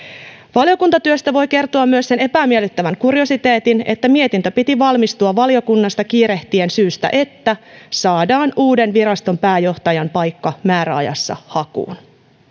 valiokuntatyöstä voi kertoa myös sen epämiellyttävän kuriositeetin että mietinnön piti valmistua valiokunnasta kiirehtien siitä syystä että saadaan uuden viraston pääjohtajan paikka määräajassa hakuun